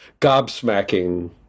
gobsmacking